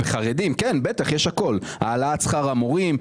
העלאת שכר המורים,